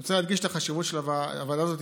אני רוצה להדגיש את החשיבות של הוועדה הזאת.